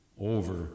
over